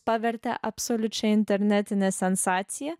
pavertė absoliučia internetine sensacija